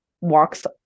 walks